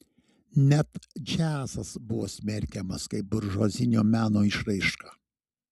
net džiazas buvo smerkiamas kaip buržuazinio meno išraiška